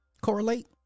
Correlate